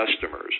customers